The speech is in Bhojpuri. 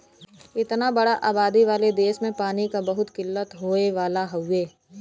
इतना बड़ा आबादी वाला देस में पानी क बहुत किल्लत होए वाला हउवे